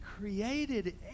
created